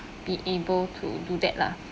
be able to do that lah